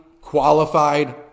qualified